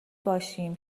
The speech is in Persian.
باشیم